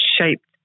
shaped